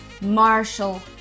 Marshall